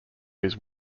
his